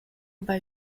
bei